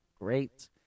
Great